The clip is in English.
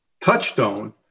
Touchstone